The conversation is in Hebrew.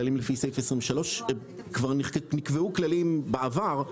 כללים לפי סעיף 23. כבר נקבעו כללים בעבר,